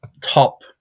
top